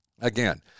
again